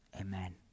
Amen